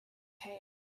came